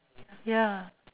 ya